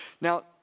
Now